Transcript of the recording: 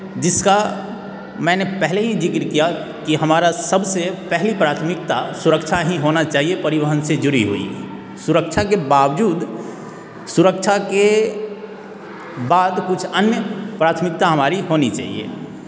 जिसका मैंने पहले ही जिक्र किया कि हमारा सबसे पहली प्राथमिकता सुरक्षा ही होना चाहिए परिवहन से जुड़ी हुई सुरक्षा के बावजूद सुरक्षा के बाद कुछ अन्य प्राथमिकता हमारी होनी चाहिए